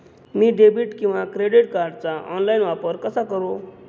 मी debit किंवा credit कार्डचा online वापर कसा करु?